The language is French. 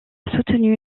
soutenu